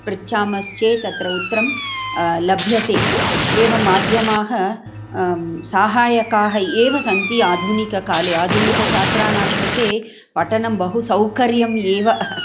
पृच्छामश्चेत् तत्र उत्तरं लभ्यते एवं माध्यमाः साहायकाः एव सन्ति आधुनिककाले आधुनिकछात्राणां कृते पठनं बहुसौकर्यम् एव